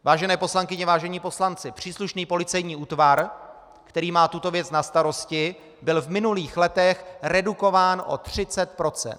Vážené poslankyně, vážení poslanci, příslušný policejní útvar, který má tuto věc na starosti, byl v minulých letech redukován o 30 %.